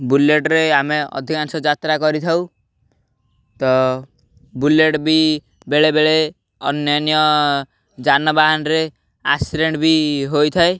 ବୁଲେଟ୍ରେ ଆମେ ଅଧିକାଂଶ ଯାତ୍ରା କରିଥାଉ ତ ବୁଲେଟ୍ ବି ବେଳେବେଳେ ଅନ୍ୟାନ୍ୟ ଯାନବାହାନରେ ଆକ୍ସିଡ଼େଣ୍ଟ ବି ହୋଇଥାଏ